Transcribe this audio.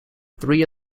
three